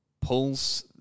pulls